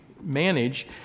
manage